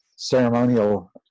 Ceremonial